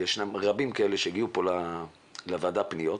וישנן פניות רבות שהגיעו לוועדה, על כך